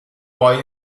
poi